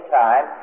time